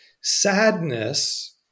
sadness